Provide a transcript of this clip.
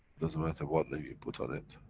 doesn't matter what name you put on it.